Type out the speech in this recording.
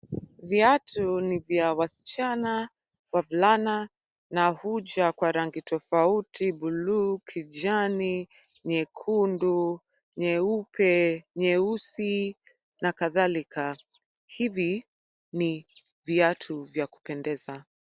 Viatu ni vya wasichana, wavulana na huja kwa rangi tofauti: blue , kijani, nyekundu, nyeupe, nyeusi na kadhalika. Hivi ni viatu vya kupendeza.